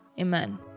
amen